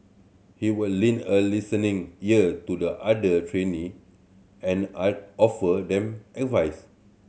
he would lend a listening ear to the other trainee and I offer them advice